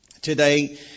today